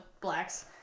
blacks